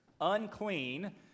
unclean